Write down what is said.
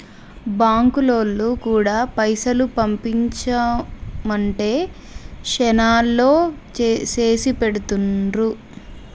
బాంకులోల్లు గూడా పైసలు పంపించుమంటే శనాల్లో చేసిపెడుతుండ్రు